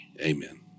Amen